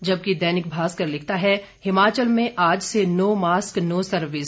जबकि दैनिक भास्कर लिखता है हिमाचल में आज से नो मास्क नो सर्विस